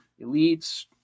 elites